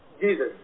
Jesus